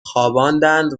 خواباندند